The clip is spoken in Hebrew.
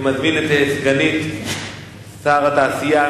אני מזמין את סגנית שר התעשייה,